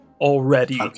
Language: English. already